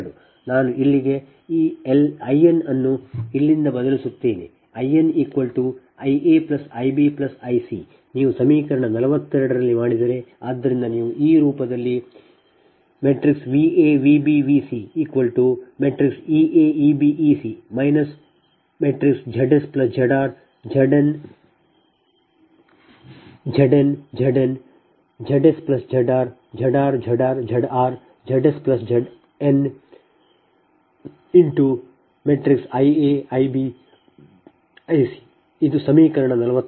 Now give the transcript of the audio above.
ನಾನು ಇಲ್ಲಿಗೆ ಈ I n ಅನ್ನು ಇಲ್ಲಿಂದ ಬದಲಿಸುತ್ತೇನೆ I n I a I b I c ನೀವು ಸಮೀಕರಣ 42 ರಲ್ಲಿ ಮಾಡಿದರೆ ಆದ್ದರಿಂದ ನೀವು ಈ ರೂಪದಲ್ಲಿ Va Vb Vc Ea Eb Ec ZsZn Zn Zn Zn ZsZn Zn Zn Zn ZsZn Ia Ib Ic ಇದು ಸಮೀಕರಣ 44